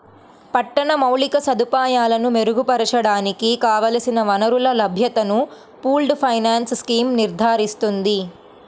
పట్టణ మౌలిక సదుపాయాలను మెరుగుపరచడానికి కావలసిన వనరుల లభ్యతను పూల్డ్ ఫైనాన్స్ స్కీమ్ నిర్ధారిస్తుంది